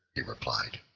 he replied.